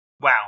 Wow